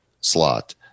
slot